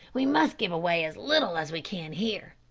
we must give away as little as we can here.